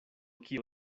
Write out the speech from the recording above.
kio